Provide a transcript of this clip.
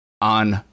on